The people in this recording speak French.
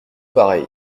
pareil